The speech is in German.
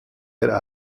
der